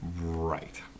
right